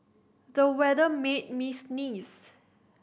the weather made me sneeze